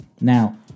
Now